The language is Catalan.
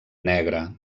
negre